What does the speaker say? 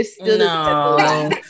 no